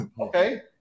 Okay